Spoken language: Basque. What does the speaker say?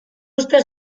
uste